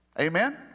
Amen